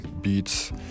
beats